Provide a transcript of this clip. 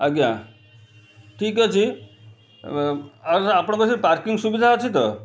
ଆଜ୍ଞା ଠିକ୍ ଅଛି ଆଚ୍ଛା ଆପଣଙ୍କ ସେ ପାର୍କିଙ୍ଗ୍ ସୁବିଧା ଅଛି ତ